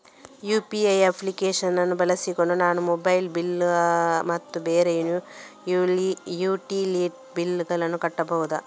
UPI application ಗಳನ್ನು ಬಳಸಿಕೊಂಡು ನಾವು ಮೊಬೈಲ್ ಬಿಲ್ ಗಳು ಮತ್ತು ಬೇರೆ ಯುಟಿಲಿಟಿ ಬಿಲ್ ಗಳನ್ನು ಕಟ್ಟಬಹುದು